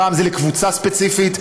פעם זה לקבוצה ספציפית.